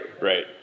Right